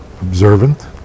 observant